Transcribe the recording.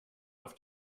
auf